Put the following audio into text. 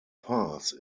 pass